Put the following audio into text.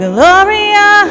Gloria